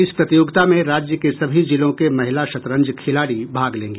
इस प्रतियोगिता में राज्य के सभी जिलों के महिला शतरंज खिलाड़ी भाग लेंगी